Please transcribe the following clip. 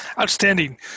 Outstanding